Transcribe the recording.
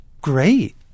great